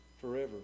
forever